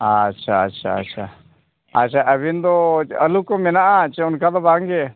ᱟᱪᱪᱷᱟ ᱟᱪᱪᱷᱟ ᱟᱪᱪᱷᱟ ᱟᱪᱪᱷᱟ ᱟᱹᱵᱤᱱ ᱫᱚ ᱟᱹᱞᱩ ᱠᱚ ᱢᱮᱱᱟᱜᱼᱟ ᱪᱮ ᱚᱱᱠᱟ ᱫᱚ ᱵᱟᱝᱜᱮ